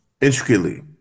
intricately